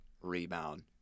rebound